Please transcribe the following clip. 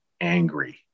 angry